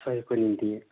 सहयोगको निम्ति